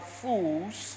fools